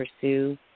pursue